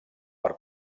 per